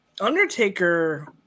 Undertaker